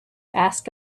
ask